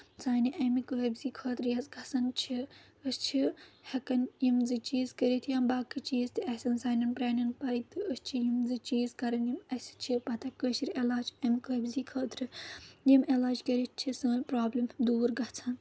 سانہِ اَمہِ قٲبضی خٲطرٕ یۄس گژھان چھِ أسۍ چھِ ہیٚکان یِم زٕ چیٖز کٔرِتھ یا باقٕے چیٖز تہِ آسن سانؠن پرٛانؠن پاے تہٕ أسۍ چھِ یِم زٕ چیٖز کَران یِم اَسہِ چھِ پَتہ کٲشِر علاج اَمہِ قٲبضی خٲطرٕ یِم علاج کٔرِتھ چھِ سٲنۍ پرابلِم دوٗر گژھان